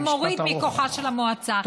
ומוריד מכוחה של המועצה.